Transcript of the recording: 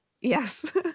Yes